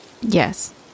Yes